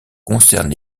concernent